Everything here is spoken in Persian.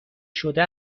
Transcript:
شده